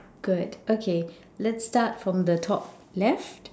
good okay let's start from the top left